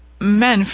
men